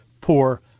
poor